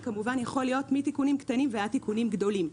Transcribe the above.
זה יכול להיות מתיקונים קטנים ועד תיקונים גדולים.